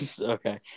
Okay